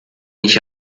nicht